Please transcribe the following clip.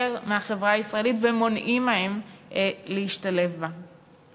מהחברה הישראלית ומונעים מהם להשתלב בה.